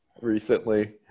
recently